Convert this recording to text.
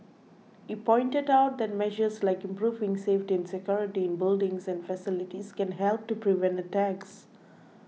he pointed out that measures like improving safety and security in buildings and facilities can help to prevent attacks